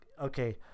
okay